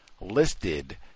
listed